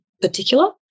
particular